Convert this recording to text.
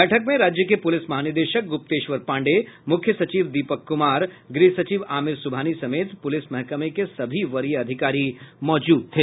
बैठक में राज्य के पुलिस महानिदेशक गुप्तेश्वर पांडेय मुख्य सचिव दीपक कुमार गृह सचिव आमिर सुबहानी समेत पुलिस महकमे के सभी वरीय अधिकारी मौजूद थे